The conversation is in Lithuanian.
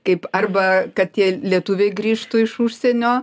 kaip arba kad tie lietuviai grįžtų iš užsienio